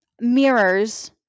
mirrors